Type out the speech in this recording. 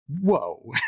Whoa